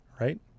Right